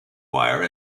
wire